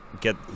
get